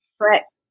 Correct